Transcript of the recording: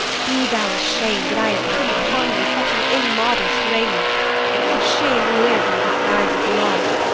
be thou asham'd that i have took upon me such an immodest raiment if shame live in a disguise of love.